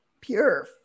pure